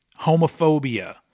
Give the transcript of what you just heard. Homophobia